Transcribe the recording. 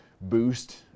boost